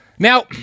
Now